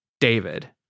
David